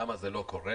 למה זה לא קורה?